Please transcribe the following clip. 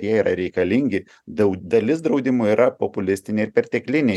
jie yra reikalingi dau dalis draudimų yra populistinė ir perteklinė